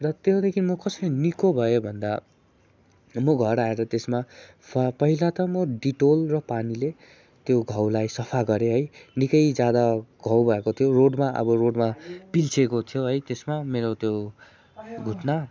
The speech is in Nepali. र त्यहाँदेखि म कसरी निको भएँ भन्दा म घर आएर त्यसमा पहिला त म डेटोल र पानीले त्यो घाउलाई सफा गरेँ है निकै ज्यादा घाउ भएको थियो रोडमा अब रोडमा पिल्सिएको थियो है त्यसमा मेरो त्यो घुट्ना